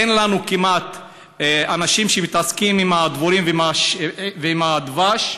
אין לנו כמעט אנשים שמתעסקים עם דבורים ועם דבש.